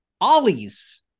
Ollie's